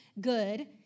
good